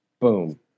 Boom